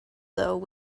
though